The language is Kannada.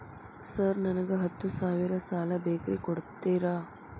ಸರ್ ನನಗ ಹತ್ತು ಸಾವಿರ ಸಾಲ ಬೇಕ್ರಿ ಕೊಡುತ್ತೇರಾ?